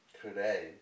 today